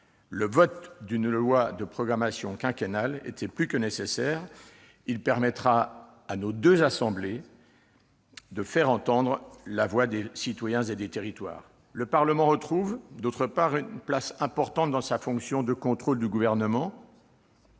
Le vote d'une loi de programmation quinquennale était plus que nécessaire et permettra à nos deux assemblées de faire entendre la voix des citoyens et des territoires. Le Parlement retrouve en outre une place importante dans sa fonction de contrôle du Gouvernement,